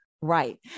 Right